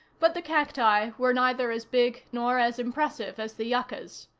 but the cacti were neither as big nor as impressive as the yuccas.